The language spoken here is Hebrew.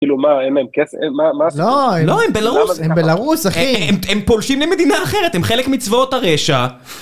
כאילו מה אין להם כסף, מה מה לא הם בלרוס הם בלרוס אחי הם פולשים למדינה אחרת הם חלק מצבאות הרשע